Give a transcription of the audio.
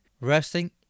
resting